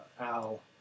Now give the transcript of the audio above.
Al